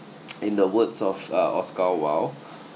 in the words of uh oscar wilde